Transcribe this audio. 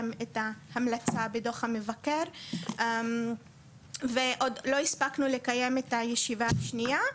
את ההמלצה בדוח המבקר ועוד לא הספקנו לקיים את הישיבה השנייה,